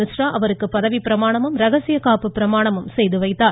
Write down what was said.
மிஸ்ரா அவருக்கு பதவிப்பிரமாணம் இரகசிய காப்பு பிரமாணமும் செய்து வைக்கிறார்